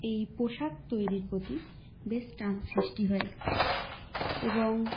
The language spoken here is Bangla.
এই পোশাক তৈরির প্রতি বেশ টান সৃষ্টি হয় এবং